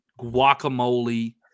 guacamole